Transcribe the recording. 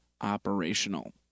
operational